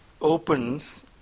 opens